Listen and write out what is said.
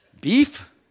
Beef